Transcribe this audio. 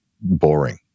boring